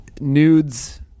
nudes